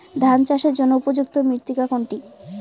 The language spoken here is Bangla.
ধান চাষের জন্য উপযুক্ত মৃত্তিকা কোনটি?